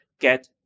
get